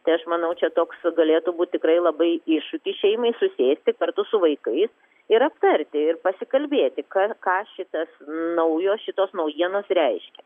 tai aš manau čia toks galėtų būt tikrai labai iššūkis šeimai susėsti kartu su vaikais ir aptarti ir pasikalbėti ką ką šitas naujos šitos naujienos reiškia